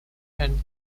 and